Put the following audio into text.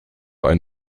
ein